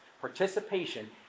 participation